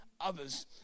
others